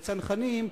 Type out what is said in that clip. בצנחנים,